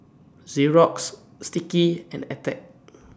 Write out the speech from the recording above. Xorex Sticky and Attack